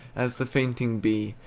as the fainting bee,